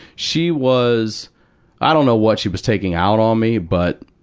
she was i don't know what she was taking out on me, but,